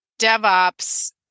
DevOps